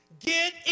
Get